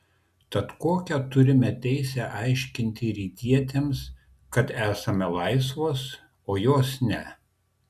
tad kokią turime teisę aiškinti rytietėms kad esame laisvos o jos ne